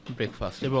Breakfast